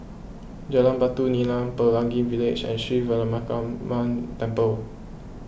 Jalan Batu Nilam Pelangi Village and Sri Veeramakaliamman Temple